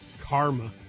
Karma